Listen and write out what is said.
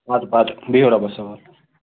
اَدٕ بتہٕ بِہِو رۄبَس حوال